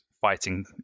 fighting